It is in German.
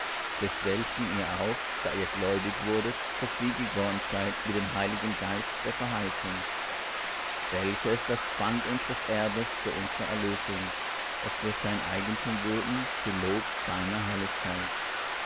durch welchen ihr auch da ihr gläubig wurdet versiegelt worden seid mit dem heiligen geist der verheißung welcher ist das pfand unsers erbes zu unsrer erlösung daß wir sein eigentum würden zu lob seiner herrlichkeit